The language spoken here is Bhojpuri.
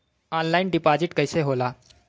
ऑनलाइन डिपाजिट कैसे होला?